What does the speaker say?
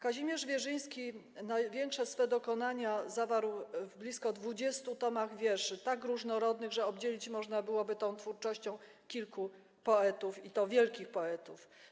Kazimierz Wierzyński największe swe dokonania zawarł w blisko 20 tomach wierszy tak różnorodnych, że obdzielić można byłoby tą twórczością kilku poetów, i to wielkich poetów.